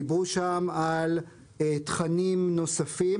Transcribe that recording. דיברו שם על תכנים נוספים.